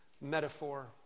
metaphor